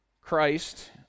Christ